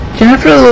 Jennifer